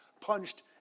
punched